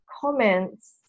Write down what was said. comments